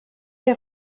est